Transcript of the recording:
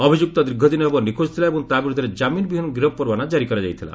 ଅଭିଯୁକ୍ତ ଦୀର୍ଘଦିନ ହେବ ନିଖୋକ ଥିଲା ଏବଂ ତା' ବିରୁଦ୍ଧରେ ଜାମିନବିହୀନ ଗିରଫ ପରୱାନା ଜାରୀ କରାଯାଇଥିଲା